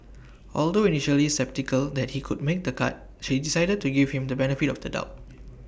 although initially sceptical that he would make the cut she decided to give him the benefit of the doubt